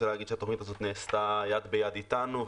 התוכנית הזאת נעשתה יד ביד איתנו,